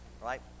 right